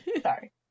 Sorry